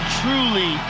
truly